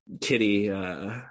kitty